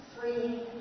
free